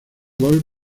gol